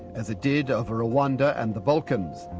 as it did over rwanda and the balkans.